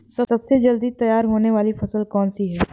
सबसे जल्दी तैयार होने वाली फसल कौन सी है?